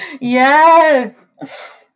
Yes